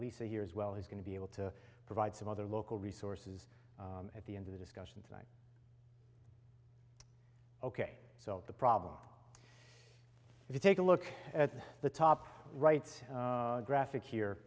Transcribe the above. lisa here as well he's going to be able to provide some other local resources at the end of the discussion tonight ok so the problem if you take a look at the top right graphic here